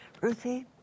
Ruthie